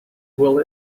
will